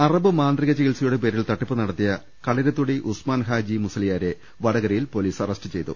Arab മാന്ത്രിക ചികിത്സയുടെ പേരിൽ തട്ടിപ്പ് നടത്തിയ കളരി ത്തൊടി ഉസ്മാൻ ഹാജി മുസ്ലിയാരെ വടകരയിൽ പൊലീസ് അറസ്റ്റ് ചെയ്തു